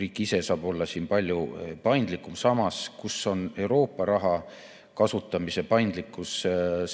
Riik ise saab olla siin palju paindlikum. Samas, kus on Euroopa raha kasutamise paindlikkus,